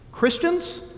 Christians